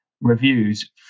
reviews